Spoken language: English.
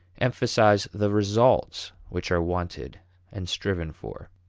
emphasize the results which are wanted and striven for